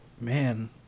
Man